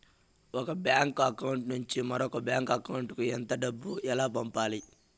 ఒక bank account నుంచి మరొక బ్యాంకు అకౌంట్ కు ఎంత డబ్బు ఎలా పంపాలి